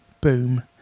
boom